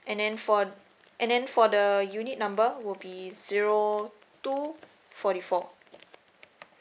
and then for and then for the unit number will be zero two forty four